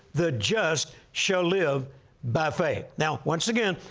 the just shall live by faith. now, once again,